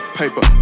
paper